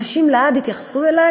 לעד אנשים יתייחסו אלי